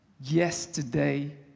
yesterday